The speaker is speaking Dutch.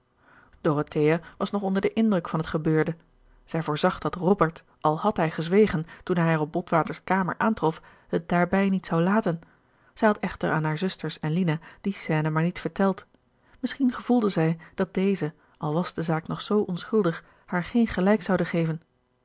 dorothea was nog onder den indruk van het gebeurde zij voorzag dat robert al had hij gezwegen toen hij haar op botwaters kamer aantrof het daarbij niet zou laten zij had echter aan hare zusters en lina die scène maar niet verteld misschien gevoelde zij dat deze al was de zaak nog zoo onschuldig haar geen gelijk zouden geven